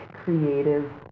creative